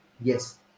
yes